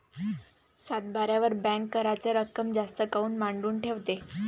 सातबाऱ्यावर बँक कराच रक्कम जास्त काऊन मांडून ठेवते?